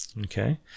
Okay